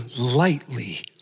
lightly